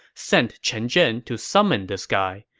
sent chen zhen to summon this guy.